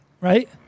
right